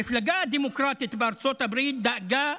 המפלגה הדמוקרטית בארצות הברית דגלה